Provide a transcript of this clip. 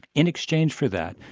in exchange for that,